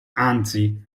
anzi